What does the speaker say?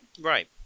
Right